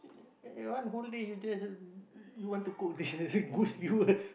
one whole day you just you want to cook this